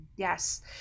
Yes